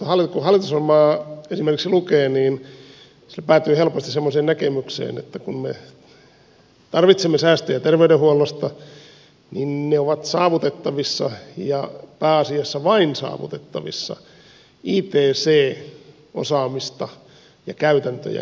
kun esimerkiksi hallitusohjelmaa lukee päätyy helposti semmoiseen näkemykseen että kun me tarvitsemme säästöjä terveydenhuollosta niin ne ovat saavutettavissa ja pääasiassa vain saavutettavissa ict osaamista ja käytäntöjä kehittämällä